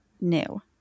new